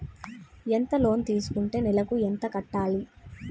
ఎంత లోన్ తీసుకుంటే నెలకు ఎంత కట్టాలి?